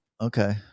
okay